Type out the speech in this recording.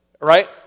right